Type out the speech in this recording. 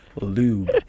lube